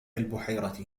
البحيرة